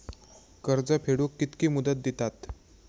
कर्ज फेडूक कित्की मुदत दितात?